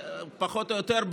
פחות או יותר,